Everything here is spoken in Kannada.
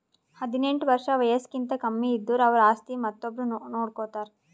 ಹದಿನೆಂಟ್ ವರ್ಷ್ ವಯಸ್ಸ್ಕಿಂತ ಕಮ್ಮಿ ಇದ್ದುರ್ ಅವ್ರ ಆಸ್ತಿ ಮತ್ತೊಬ್ರು ನೋಡ್ಕೋತಾರ್